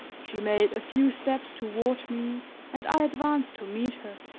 she made a few steps toward me and i advanced to meet her.